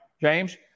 James